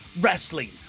wrestling